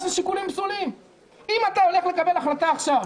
אני לא חושב שזכות ההפגנה קדושה יותר מזכות התפילה,